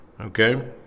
Okay